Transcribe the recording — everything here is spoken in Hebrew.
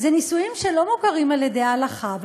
אלה נישואים שלא מוכרים על ידי ההלכה,